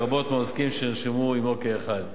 לרבות מהעוסקים שנרשמו עמו כאחד.